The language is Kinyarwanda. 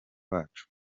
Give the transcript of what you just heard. wacu